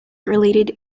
related